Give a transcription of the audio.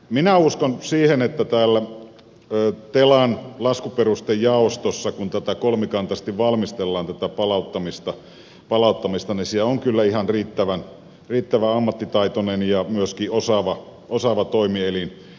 minä uskon että tämä telan laskuperustejaosto jossa tätä palauttamista kolmikantaisesti valmistellaan on kyllä ihan riittävän ammattitaitoinen ja myöskin osaava toimielin